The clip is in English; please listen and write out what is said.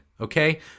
Okay